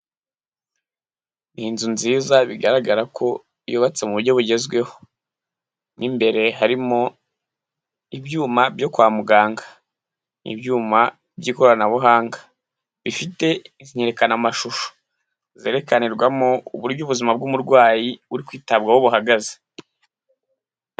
Ni inzu nziza bigaragara ko yubatse mu buryo bugezweho. Mo imbere harimo ibyuma byo kwa muganga. Ni ibyuma by'ikoranabuhanga bifite inyerekanamashusho zerekanirwamo uburyo ubuzima bw'umurwayi uri kwitabwaho buhagaze.